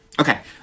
Okay